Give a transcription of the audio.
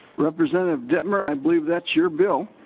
representative dettmer i believe that your bill?